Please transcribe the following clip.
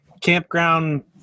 campground